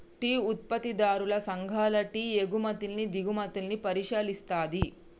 tea ఉత్పత్తిదారుల సంఘాలు tea ఎగుమతుల్ని దిగుమతుల్ని పరిశీలిస్తది